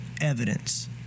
evidence